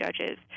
judges